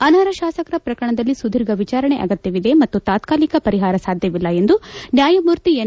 ಅನರ್ಹ ಶಾಸಕರ ಪ್ರಕರಣದಲ್ಲಿ ಸುದೀರ್ಘ ವಿಚಾರಣೆ ಅಗತ್ಯವಿದೆ ಮತ್ತು ತಾತ್ಕಾಅಕ ಪರಿಹಾರ ಸಾಧ್ಯವಿಲ್ಲ ಎಂದು ನ್ಯಾಯಮೂರ್ತಿ ಎನ್